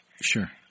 Sure